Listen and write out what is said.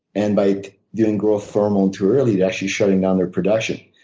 and by doing growth hormone too early, they're actually shutting down their production.